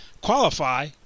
qualify